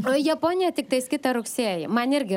o japonija tiktais kitą rugsėjį man irgi